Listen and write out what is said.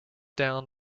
down